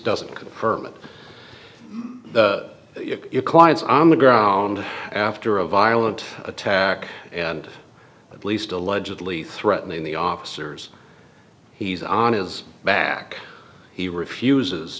doesn't confirm it your client's on the ground after a violent attack and at least allegedly threatening the officers he's on his back he refuses